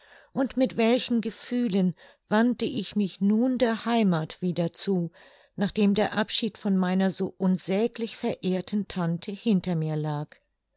und mit welchen gefühlen wandte ich mich nun der heimath wieder zu nachdem der abschied von meiner so unsäglich verehrten tante hinter mir lag